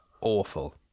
awful